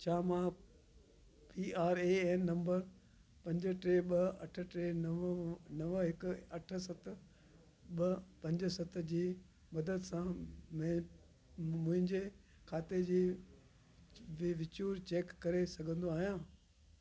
छा मां P R A N number पंज टे ॿ अठ टे नव हिकु अठ सत ॿ पंज सत जी मदद सां मुंहिंजे ए पी वाए खाते जी विचूर चेक करे सघंदो आहियां